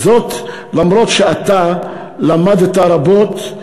למרות שאתה למדת רבות,